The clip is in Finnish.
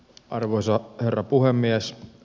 arvoisa herra puhemies